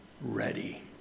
ready